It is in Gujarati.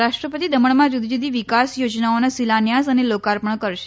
રાષ્ટ્રપતિ દમણમાં જુદી જુદી વિકાસ યોજનાઓનો શિલાન્યાસ અને લોકાર્પણ કરશે